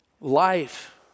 Life